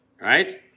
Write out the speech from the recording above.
Right